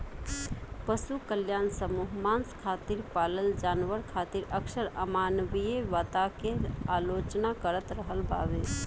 पशु कल्याण समूह मांस खातिर पालल जानवर खातिर अक्सर अमानवीय बता के आलोचना करत रहल बावे